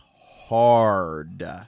hard